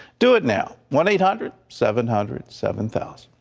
do it now, one eight hundred seven hundred seven thousand.